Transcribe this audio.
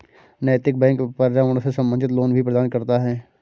नैतिक बैंक पर्यावरण से संबंधित लोन भी प्रदान करता है